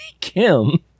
Kim